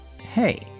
hey